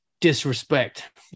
disrespect